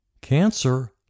cancer